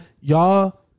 Y'all